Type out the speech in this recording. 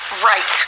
Right